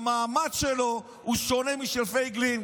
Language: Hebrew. המעמד שלו הוא שונה משל פייגלין.